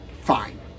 fine